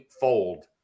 fold